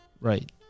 Right